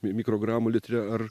mikrogramų litre ar